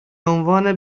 عنوان